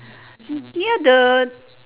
near the